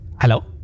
hello